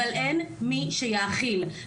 אבל אין מי שיאכיל.